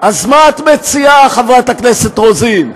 אז מה את מציעה, חברת הכנסת רוזין,